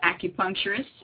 acupuncturist